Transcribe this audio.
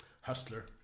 hustler